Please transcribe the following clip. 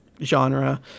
genre